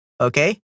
Okay